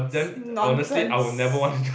nonsense